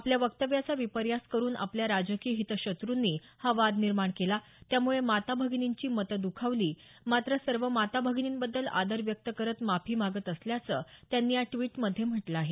आपल्या वक्तव्याचा विपर्यास करून आपल्या राजकीय हितशत्रूंनी हा वाद निर्माण केला त्यामुळे माता भगिनींची मतं दुखावली मात्र सर्व माता भगिनींबद्दल आदर व्यक्त करत माफी मागत असल्याचं त्यांनी या ट्वीटमध्ये म्हटलं आहे